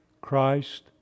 Christ